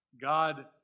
God